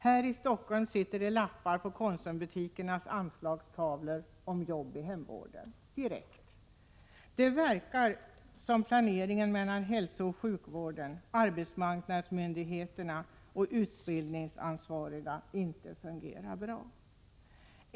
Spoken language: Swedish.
Här i Stockholm sitter det lappar på Konsumbutikernas anslagstavlor om jobb inom hemvården direkt. Det verkar som om planeringen mellan hälsooch sjukvården, arbetsmarknadsmyndigheterna och utbildningsansvariga inte fungerar bra.